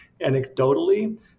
anecdotally